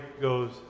goes